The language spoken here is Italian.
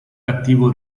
cattivo